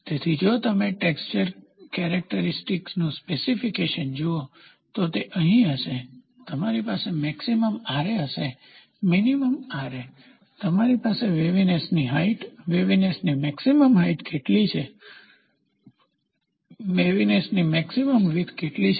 તેથી જો તમે ટેક્સચર કેરેકટરીસ્ટીકનું સ્પેશીફિકેશન જુઓ તો તે અહીં હશે તમારી પાસે મેક્સીમમ હશે મીનીમમ તમારી પાસે વેવીનેસની હાઇટ છે વેવીનેસની મેક્સીમમ હાઇટ કેટલી છે વેવીનેસની મેક્સીમમ વીથ કેટલી છે